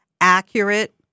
accurate